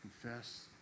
confess